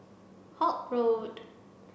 Holt Road